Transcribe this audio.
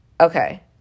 okay